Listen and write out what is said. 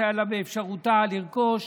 באפשרותה לרכוש,